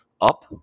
Up